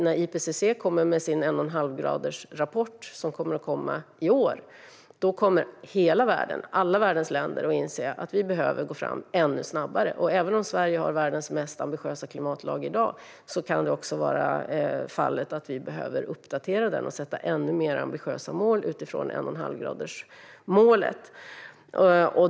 När IPCC kommer med sin 1,5-gradersrapport i år kommer alla världens länder att inse att man behöver gå fram ännu snabbare. Även om Sverige har världens mest ambitiösa klimatlag i dag kan den behöva uppdateras med ännu mer ambitiösa mål utifrån 1,5-gradersmålet.